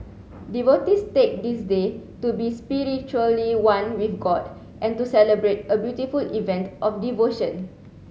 devotees take this day to be spiritually one with god and to celebrate a beautiful event of devotion